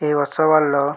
ఈ ఉత్సవాల్లో